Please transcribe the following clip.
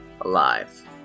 alive